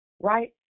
Right